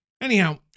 Anyhow